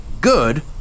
good